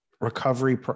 recovery